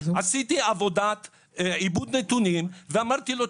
עשיתי עבודת עיבוד נתונים ואמרתי לו,